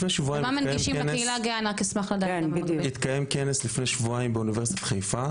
לפני שבועיים התקיים כנס באוניברסיטת חיפה